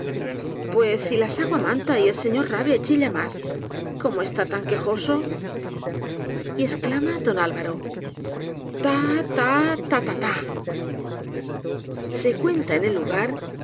pues si las hago á manta y el señor rabia y chilla más como está tan jaquecoso y exclama don alvaro ta ta ta ta ta se cuenta en el lugar